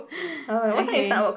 okay